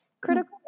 critical